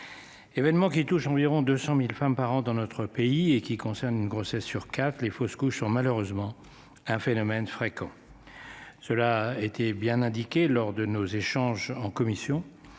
Événement qui touche environ 200.000 femmes par an dans notre pays et qui concerne une grossesse sur 4 les fausses couches sont malheureusement un phénomène fréquent. Cela était bien indiqué lors de nos échanges en commission.